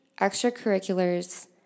extracurriculars